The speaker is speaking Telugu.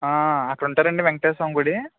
అక్కడ ఉంటారా అండీ వేంకటేశ్వరస్వామి గుడి